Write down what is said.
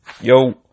yo